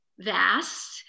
vast